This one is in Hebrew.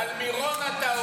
על מירון אתה עומד פה.